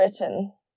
written